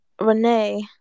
Renee